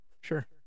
Sure